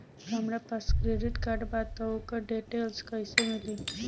हमरा पास credit card बा त ओकर डिटेल्स कइसे मिली?